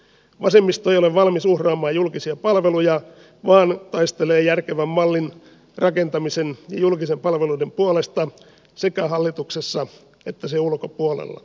vasemmisto ei ole valmis uhraamaan julkisia palveluja vaan taistelee järkevän mallin rakentamisen ja julkisten palveluiden puolesta sekä hallituksessa että sen ulkopuolella